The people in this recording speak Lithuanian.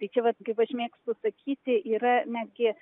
tai čia vat kaip aš mėgstu sakyti yra netgi